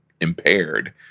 impaired